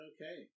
Okay